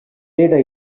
later